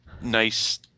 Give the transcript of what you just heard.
nice